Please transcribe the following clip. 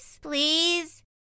please